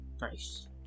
Nice